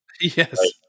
yes